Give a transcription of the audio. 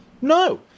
no